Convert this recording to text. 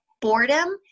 boredom